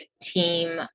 team